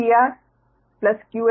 V 2